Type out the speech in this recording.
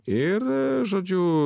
ir žodžiu